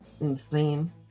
insane